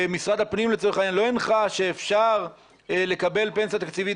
משרד הפנים לצורך העניין לא הנחה שאפשר לקבל פנסיה תקציבית